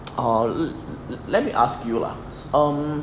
um let me ask you lah um